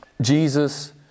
Jesus